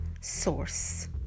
source